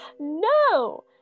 No